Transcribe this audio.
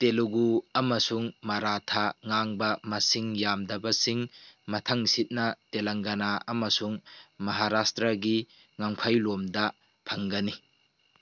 ꯇꯦꯂꯨꯒꯨ ꯑꯃꯁꯨꯡ ꯃꯔꯥꯊꯥ ꯉꯥꯡꯕ ꯃꯁꯤꯡ ꯌꯥꯝꯗꯕꯁꯤꯡ ꯃꯊꯪ ꯁꯤꯠꯅ ꯇꯦꯂꯪꯒꯅ ꯑꯃꯁꯨꯡ ꯃꯍꯔꯥꯁꯇ꯭ꯔꯒꯤ ꯉꯝꯈꯩ ꯂꯣꯝꯗ ꯐꯪꯒꯅꯤ